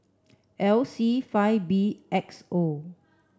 L C five B X O